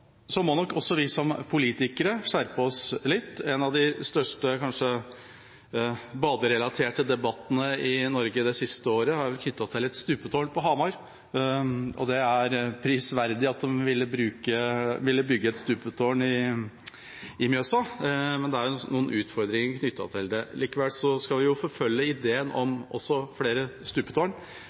må nok også skjerpe oss litt. En av de kanskje største baderelaterte debattene i Norge det siste året er vel knyttet til et stupetårn på Hamar. Det er prisverdig at de ville bygge et stupetårn i Mjøsa, men det er noen utfordringer knyttet til det. Likevel skal vi også forfølge ideen om flere stupetårn,